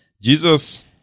Jesus